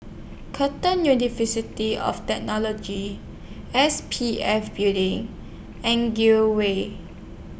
Curtin University of Technology S P F Building and Gul Way